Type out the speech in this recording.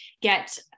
get